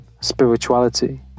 spirituality